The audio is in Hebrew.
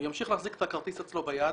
הוא ימשיך להחזיק את הכרטיס אצלו ביד,